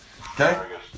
Okay